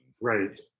Right